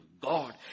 God